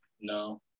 No